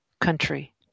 country